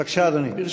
בבקשה, אדוני.